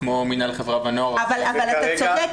כמו מינהל חברה ונוער --- אבל אתה צודק,